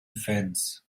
fence